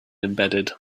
embedded